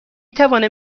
توانم